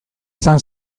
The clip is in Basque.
izan